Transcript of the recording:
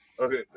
Okay